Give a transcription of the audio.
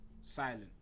silent